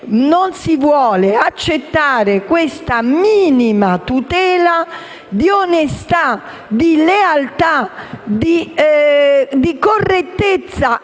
non si vuole accettare questa minima tutela di onestà, di lealtà, di correttezza,